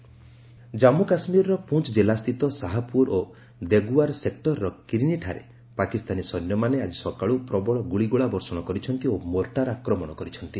ceasefire violation Jammu କାଶ୍ମୀରର ପୁଞ୍ ଜିଲ୍ଲାସ୍ଥିତ ସାହାପୁର ଓ ଦେଗଓ୍ୱାର ସେକ୍ ରର କିର୍ନୀଠାରେ ପାକିସ୍ତାନୀ ସୈନ୍ୟମାନେ ଆଜି ସକାଳୁ ପ୍ରବଳ ଗୁଳିଗୋଳା ବର୍ଷଣ କରିଛନ୍ତି ଓ ମୋର୍ଟାର ଆକ୍ରମଣ କରିଛନ୍ତି